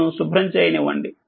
నన్ను శుభ్రం చేయనివ్వండి